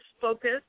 focus